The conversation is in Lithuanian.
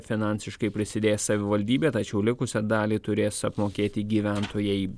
finansiškai prisidės savivaldybė tačiau likusią dalį turės apmokėti gyventojai